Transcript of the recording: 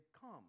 Come